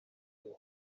ireba